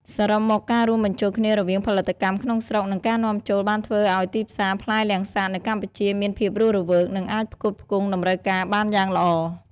សរុបមកការរួមបញ្ចូលគ្នារវាងផលិតកម្មក្នុងស្រុក និងការនាំចូលបានធ្វើឲ្យទីផ្សារផ្លែលាំងសាតនៅកម្ពុជាមានភាពរស់រវើក និងអាចផ្គត់ផ្គង់តម្រូវការបានយ៉ាងល្អ។